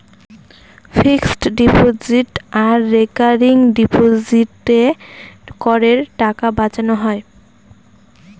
fixed deposit আর recurring ডিপোজিটে করের টাকা বাঁচানো হয়